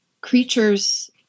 creatures